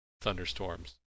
thunderstorms